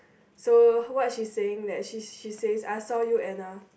so what she saying that she she says I saw you Anna